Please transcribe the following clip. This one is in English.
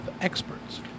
experts